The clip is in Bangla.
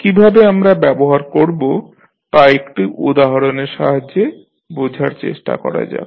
কিভাবে আমরা ব্যবহার করব তা একটি উদাহরণের সাহায্যে বোঝার চেষ্টা করা যাক